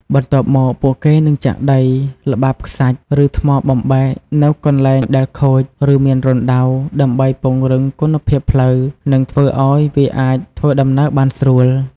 បន្ទាប់មក ពួកគេនឹងចាក់ដី ល្បាប់ខ្សាច់ ឬថ្មបំបែកនៅកន្លែងដែលខូច ឬមានរណ្តៅ ដើម្បីពង្រឹងគុណភាពផ្លូវ និងធ្វើឱ្យវាអាចធ្វើដំណើរបានស្រួល។